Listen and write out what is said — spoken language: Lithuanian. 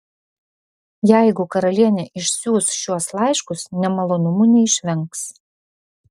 jeigu karalienė išsiųs šiuos laiškus nemalonumų neišvengs